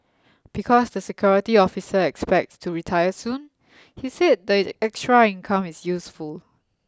because the security officer expects to retire soon he said the extra income is useful